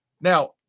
Now